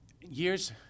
Years